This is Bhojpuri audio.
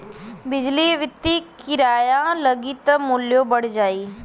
बिजली बत्ति किराया लगी त मुल्यो बढ़ जाई